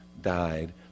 died